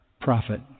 prophet